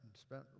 spent